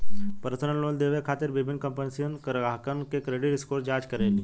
personal loan देवे खातिर विभिन्न कंपनीसन ग्राहकन के क्रेडिट स्कोर जांच करेली